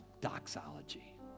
doxology